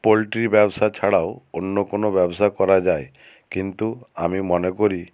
poultry ব্যবসা ছাড়াও অন্য কোনও ব্যবসা করা যায় কিন্তু আমি মনে করি